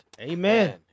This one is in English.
Amen